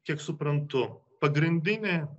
kiek suprantu pagrindinė